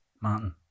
Martin